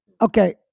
Okay